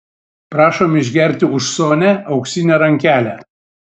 prašom išgerti už sonią auksinę rankelę